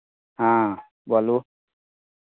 हँ बोलू